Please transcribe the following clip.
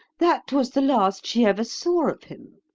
that was the last she ever saw of him.